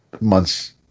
months